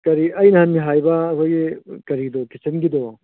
ꯀꯔꯤ ꯑꯩ ꯅꯍꯥꯟꯒꯤ ꯍꯥꯏꯕ ꯑꯩꯈꯣꯏꯒꯤ ꯀꯔꯤꯗꯨ ꯀꯤꯆꯟꯒꯤꯗꯨ